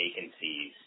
vacancies